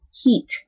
Heat